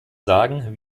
sagen